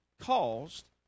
caused